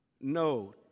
no